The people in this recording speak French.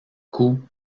coût